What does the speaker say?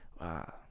wow